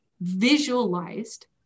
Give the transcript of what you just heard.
visualized